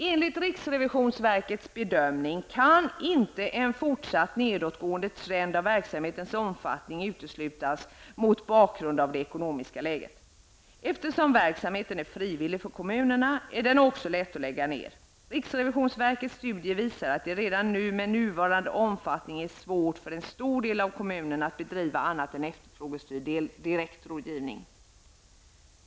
Enligt RRVs bedömning kan inte en fortsatt nedåtgående trend av verksamhetens omfattning uteslutas mot bakgrund av det ekonomiska läget. Eftersom verksamheten är frivillig för kommunerna är den också lätt att lägga ned. RRVs studie visar att det redan med nuvarande omfattning är svårt för en stor del av kommunerna att bedriva annat än efterfrågestyrd direktrådgivning.